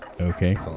Okay